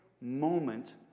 moment